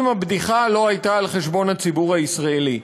אם הבדיחה לא הייתה על חשבון הציבור הישראלי.